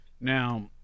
Now